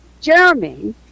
Jeremy